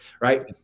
right